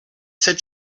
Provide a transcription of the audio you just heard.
sept